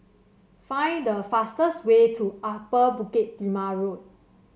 find the fastest way to Upper Bukit Timah Road